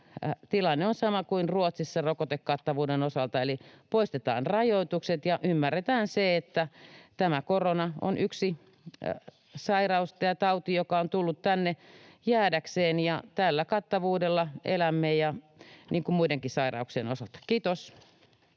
osalta sama kuin Ruotsissa, eli poistetaan rajoitukset ja ymmärretään, että tämä korona on yksi sairaus ja tauti, joka on tullut tänne jäädäkseen, ja tällä kattavuudella elämme niin kuin muidenkin sairauksien osalta. — Kiitos.